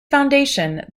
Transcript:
foundation